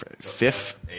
Fifth